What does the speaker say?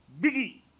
Biggie